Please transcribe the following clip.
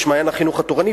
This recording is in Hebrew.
"מעיין החינוך התורני",